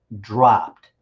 dropped